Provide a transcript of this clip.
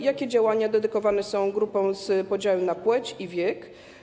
Jakie działania dedykowane są grupom z podziałem na płeć i wiek?